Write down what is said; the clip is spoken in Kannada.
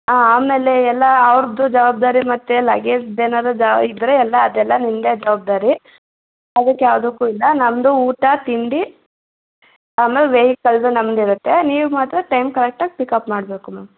ಹಾಂ ಆಮೇಲೆ ಎಲ್ಲ ಅವ್ರದ್ದು ಜವಾಬ್ದಾರಿ ಮತ್ತು ಲಗೇಜ್ದು ಏನಾದರು ಜಾ ಇದ್ರೆ ಎಲ್ಲ ಅದೆಲ್ಲ ನಿಮ್ದೆ ಜವಾಬ್ದಾರಿ ಅದಕ್ಕೆ ಯಾವುದಕ್ಕು ಇಲ್ಲ ನಮ್ದು ಊಟ ತಿಂಡಿ ಆಮೇಲೆ ವೆಯ್ಕಲ್ದು ನಮ್ದ್ ಇರುತ್ತೆ ನೀವು ಮಾತ್ರ ಟೈಮ್ ಕರೆಕ್ಟಾಗಿ ಪಿಕ್ಅಪ್ ಮಾಡಬೇಕು ಮ್ಯಾಮ್